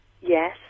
Yes